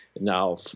Now